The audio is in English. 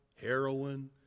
heroin